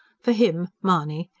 for him, mahony,